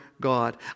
God